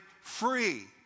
free